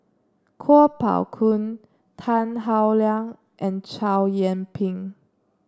Kuo Pao Kun Tan Howe Liang and Chow Yian Ping